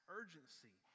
urgency